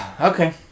Okay